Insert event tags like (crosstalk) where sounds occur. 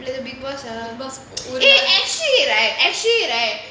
like the big boss ah (noise) eh actually right actually right